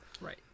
right